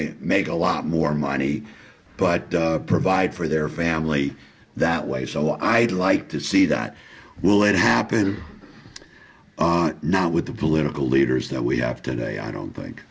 to make a lot more money but provide for their family that way so i'd like to see that will it happen not with the political leaders that we have today i don't think